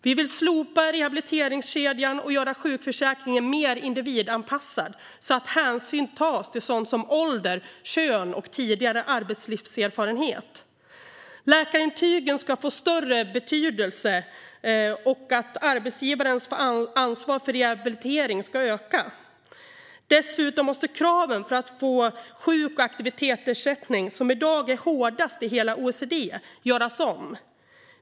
Vi vill slopa rehabiliteringskedjan och göra sjukförsäkringen mer individanpassad så att hänsyn tas till sådant som ålder, kön och tidigare arbetslivserfarenhet. Läkarintygen ska få större betydelse, och arbetsgivarens ansvar för rehabiliteringen ska öka. Dessutom måste kraven för att få sjuk och aktivitetsersättning, som i dag är de hårdaste i hela OECD, göras om.